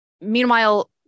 Meanwhile